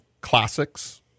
classics